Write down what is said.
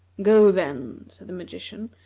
go, then, said the magician,